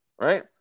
right